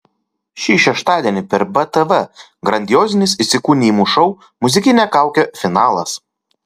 šį šeštadienį per btv grandiozinis įsikūnijimų šou muzikinė kaukė finalas